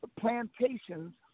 plantations